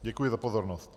Děkuji za pozornost.